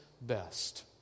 best